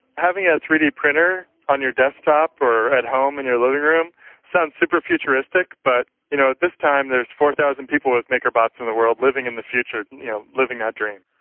having a three d printer on your desktop or at home in your living-room sounds super-futuristic but you know at this time there's four thousand people with makerbots in the world, living in the future, you know living that dream.